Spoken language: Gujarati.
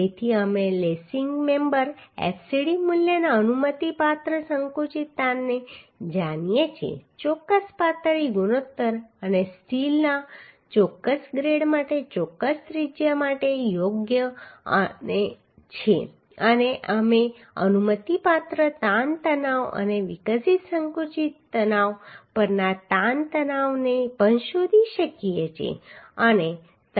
તેથી અમે લેસિંગ મેમ્બર fcd મૂલ્યના અનુમતિપાત્ર સંકુચિત તાણને જાણીએ છીએ ચોક્કસ પાતળી ગુણોત્તર અને સ્ટીલના ચોક્કસ ગ્રેડ માટે ચોક્કસ ત્રિજ્યા માટે યોગ્ય છે અને અમે અનુમતિપાત્ર તાણ તણાવ અને વિકસિત સંકુચિત તણાવ પરના તાણ તણાવને પણ શોધી શકીએ છીએ